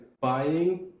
buying